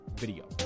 video